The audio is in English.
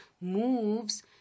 moves